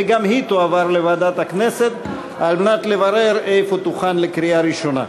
וגם היא תועבר לוועדת הכנסת על מנת לברר איפה תוכן לקריאה ראשונה.